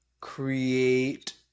create